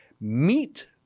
meet